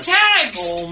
text